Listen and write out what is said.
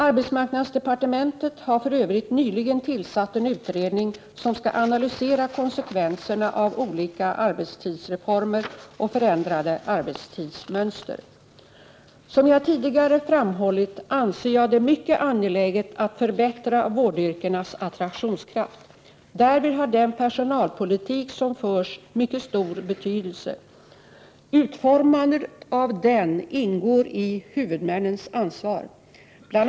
Arbetsmarknadsdepartementet har för övrigt nyligen tillsatt en utredning som skall analysera konsekvenserna av olika arbetstidsreformer och förändrade arbetstidsmönster. Som jag tidigare framhållit, anser jag det mycket angeläget att förbättra vårdyrkenas attraktionskraft. Därvid har den personalpolitik som förs mycket stor betydelse. Utformandet av den ingår i huvudmännens ansvar. Bl.